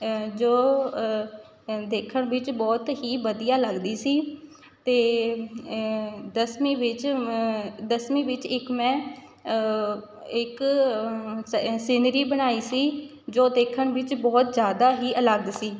ਜੋ ਦੇਖਣ ਵਿੱਚ ਬਹੁਤ ਹੀ ਵਧੀਆ ਲੱਗਦੀ ਸੀ ਅਤੇ ਦਸਵੀਂ ਵਿੱਚ ਦਸਵੀਂ ਵਿੱਚ ਇੱਕ ਮੈਂ ਇੱਕ ਸੈ ਸੀਨਰੀ ਬਣਾਈ ਸੀ ਜੋ ਦੇਖਣ ਵਿੱਚ ਬਹੁਤ ਜ਼ਿਆਦਾ ਹੀ ਅਲੱਗ ਸੀ